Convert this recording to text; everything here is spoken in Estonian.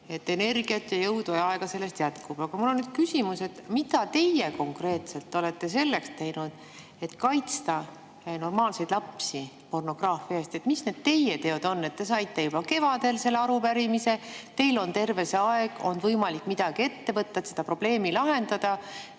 Energiat, jõudu ja aega [teil] selleks jätkub. Aga mul on küsimus, mida teie konkreetselt olete selleks teinud, et kaitsta normaalseid lapsi pornograafia eest. Mis need teie teod on? Te saite juba kevadel selle arupärimise. Teil oli terve see aeg võimalik midagi ette võtta, et seda probleemi lahendada.